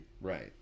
Right